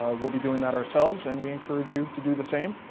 we'll be doing that ourselves and we encourage you to do the same.